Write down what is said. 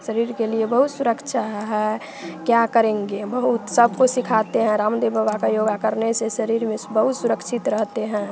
शरीर के लिए बहुत सुरक्षा है क्या करेंगे बहुत सबको सिखाते हैं रामदेव बाबा का योगा करने से शरीर में बहुत सुरक्षित रहते हैं